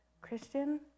Christian